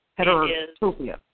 Heterotopia